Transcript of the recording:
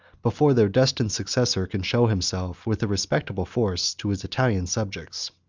before their destined successor could show himself, with a respectable force, to his italian subjects.